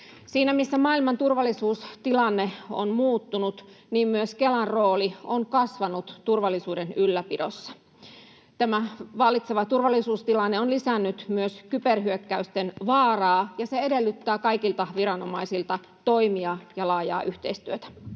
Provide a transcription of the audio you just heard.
Siinä, missä maailman turvallisuustilanne on muuttunut, myös Kelan rooli on kasvanut turvallisuuden ylläpidossa. Tämä vallitseva turvallisuustilanne on lisännyt myös kyberhyökkäysten vaaraa, ja se edellyttää kaikilta viranomaisilta toimia ja laajaa yhteistyötä.